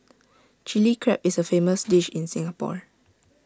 Chilli Crab is A famous dish in Singapore